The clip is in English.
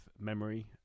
memory